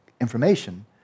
information